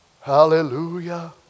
Hallelujah